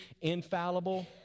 infallible